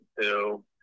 two